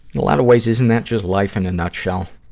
a lot of ways, isn't that just life in a nutshell?